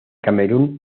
camerún